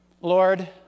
Lord